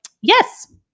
yes